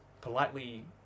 politely